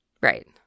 Right